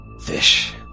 fish